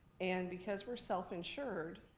and because we're self insured,